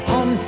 on